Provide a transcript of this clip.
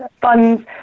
funds